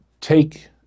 take